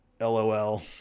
lol